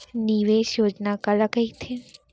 निवेश योजना काला कहिथे?